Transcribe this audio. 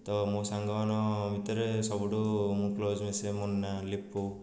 ତ ମୋ ସାଙ୍ଗମାନଙ୍କ ଭିତରେ ସବୁଠୁ ମୁଁ କ୍ଲୋଜ୍ ମିଶେ ମୁନା ଲିପୁ